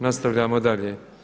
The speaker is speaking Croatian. Nastavljamo dalje.